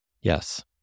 Yes